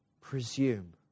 presume